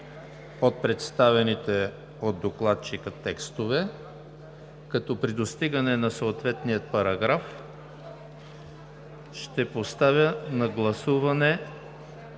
от представените от докладчика текстове, като при достигане на съответния параграф ще поставя на гласуване